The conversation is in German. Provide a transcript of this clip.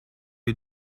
wir